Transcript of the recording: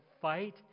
fight